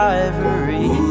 ivory